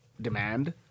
demand